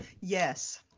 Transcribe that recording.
yes